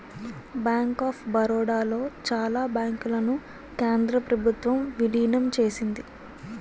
bank of Baroda లో చాలా బ్యాంకులను కేంద్ర ప్రభుత్వం విలీనం చేసింది